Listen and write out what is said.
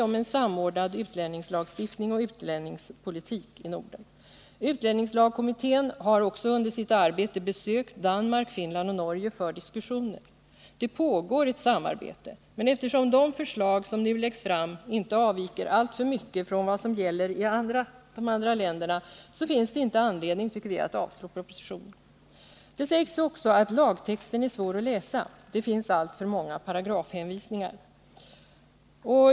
om en samordnad utlänningslagstiftning och utlänningspolitik i Norden. Utlänningslagkommittén har också under sitt arbete besökt Danmark, Finland och Norge för diskussioner. Det pågår ett samarbete. Eftersom de förslag som nu läggs fram inte avviker alltför mycket från vad som gäller i de andra länderna, finns det, tycker vi, inte anledning att avslå propositionen. Det sägs också att lagtexten är svår att läsa. Det finns alltför många paragrafhänvisningar.